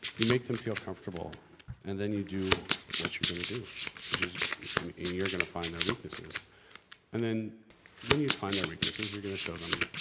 you make them feel comfortable and then you do what you're gonna do which is a you're gonna find their weaknesses and then when you find their weaknesses you're gonna show them